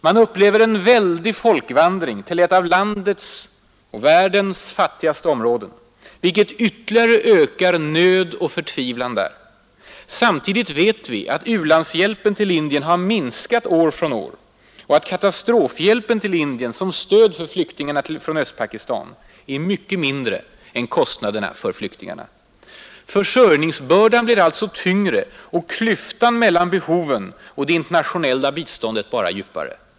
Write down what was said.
Man upplever en väldig folkvandring till ett av landets och världens fattigaste områden, vilket ytterligare ökar nöd och förtvivlan där. Samtidigt vet vi att u-landshjälpen till Indien har minskat år från år och att katastrofhjälpen till Indien som stöd för flyktingarna från Östpakistan är mycket mindre än kostnaderna för flyktingarna. Försörjningsbördan blir alltså tyngre, och klyftan mellan behoven och det internationella biståndet bara djupare.